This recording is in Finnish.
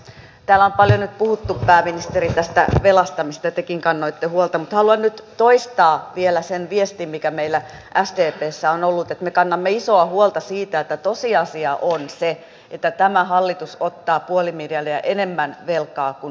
täällä on paljon nyt puhuttu pääministeri tästä velasta mistä tekin kannoitte huolta mutta haluan nyt toistaa vielä sen viestin mikä meillä sdpssä on ollut että me kannamme isoa huolta siitä että tosiasia on se että tämä hallitus ottaa puoli miljardia enemmän velkaa kuin edeltäjänsä